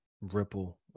ripple